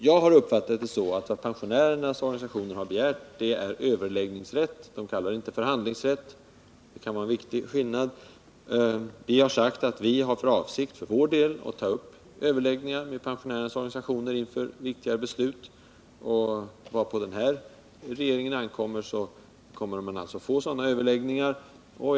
Jag har uppfattat det så att pensionärernas organisationer har begärt överläggningsrätt — de kallar det inte förhandlingsrätt, och det kan vara en viktig skillnad. Vi har sagt att vi har för avsikt att ta uppöverläggningar med pensionärernas organisationer inför viktigare beslut, och vad på denna regering ankommer så skall de få sådana överläggningar.